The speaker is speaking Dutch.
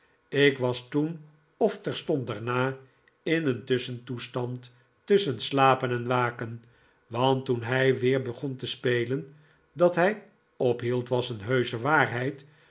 ik was toen of terstond daarna in een tusschentoestand tusschen slapen en waken want toen hij weer begon te spelen dat hij ophield was een heusche waarheid